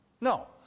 No